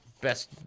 Best